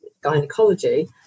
gynecology